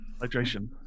Hydration